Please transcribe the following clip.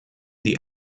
die